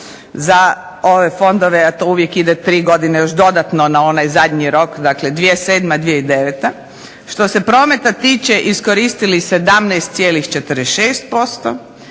za ove fondove, a to uvijek ide 3 godine još dodatno na onaj zadnji rok, dakle 2007-2009, što se Prometa tiče iskoristili 17,46%,